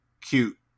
cute